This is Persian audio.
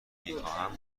میخوام